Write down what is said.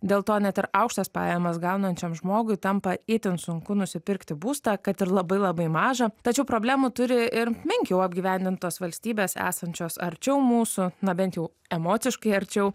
dėl to net ir aukštas pajamas gaunančiam žmogui tampa itin sunku nusipirkti būstą kad ir labai labai mažą tačiau problemų turi ir menkiau apgyvendintos valstybės esančios arčiau mūsų na bent jau emociškai arčiau